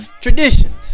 traditions